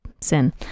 sin